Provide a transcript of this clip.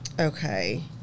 okay